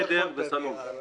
עבור חדר שינה וסלון.